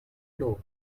low